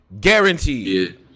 Guaranteed